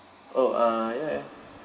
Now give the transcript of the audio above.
oh uh ya ya